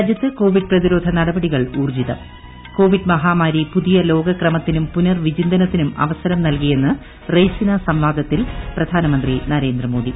രാജ്യത്ത് കോവിഡ് പ്രതിരോധ നടപടികൾ ഊർജ്ജിതം ന് കോവിഡ് മഹാമാരി പുതിയ ലോക ക്രമത്തിനും പുനർവിചിന്തനത്തിനും അവസരം നൽകിയെന്ന് റെയ്സിനാ സംവാദത്തിൽ പ്രധാനമന്ത്രി നരേന്ദ്രമോദി